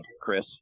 Chris